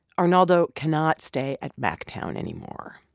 arnaldo cannot stay at mactown anymore.